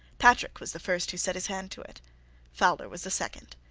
patrick was the first who set his hand to it fowler was the second.